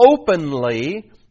openly